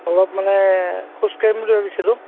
অলপ মানে খোজ কাঢ়িম বুলি ভাবিছিলোঁ